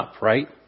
right